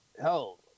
hell